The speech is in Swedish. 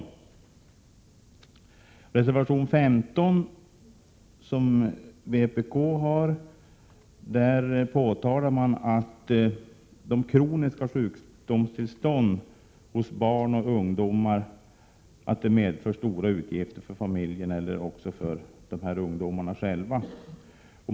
I reservation 15, som är avgiven av vpk, påtalar man att kroniska sjukdomstillstånd hos barn och ungdomar medför stora utgifter för familjen eller ungdomarna själva.